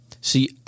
See